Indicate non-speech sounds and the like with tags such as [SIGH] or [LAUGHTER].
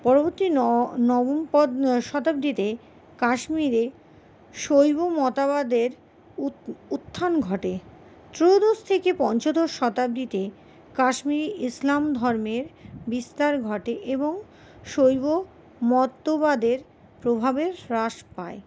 পরবর্তী নব নবম [UNINTELLIGIBLE] শতাব্দীতে কাশ্মীরে শৈব মতবাদের উত্থান ঘটে ত্রয়োদশ থেকে পঞ্চদশ শতাব্দীতে কাশ্মীরে ইসলাম ধর্মের বিস্তার ঘটে এবং শৈব মতবাদের প্রভাবের হ্রাস পায়